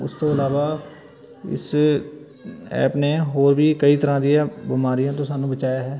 ਉਸ ਤੋਂ ਇਲਾਵਾ ਇਸ ਐਪ ਨੇ ਹੋਰ ਵੀ ਕਈ ਤਰ੍ਹਾਂ ਦੀਆਂ ਬਿਮਾਰੀਆਂ ਤੋਂ ਸਾਨੂੰ ਬਚਾਇਆ ਹੈ